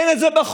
אין את זה בחוק.